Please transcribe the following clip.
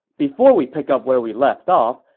before we pick up where we left off,